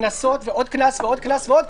די.